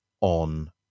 on